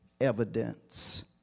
evidence